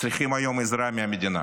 צריכים היום עזרה מהמדינה.